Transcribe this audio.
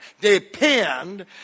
depend